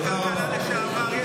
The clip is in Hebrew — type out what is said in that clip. יושבת פה שרת הכלכלה לשעבר.